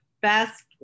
best